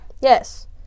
Yes